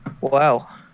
Wow